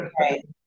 Right